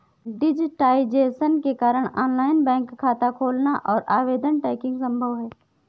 digitisation के कारण online bank खाता खोलना और आवेदन ट्रैकिंग संभव हैं